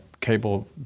cable